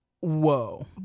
Whoa